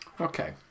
Okay